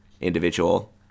individual